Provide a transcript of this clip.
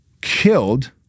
killed